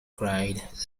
cried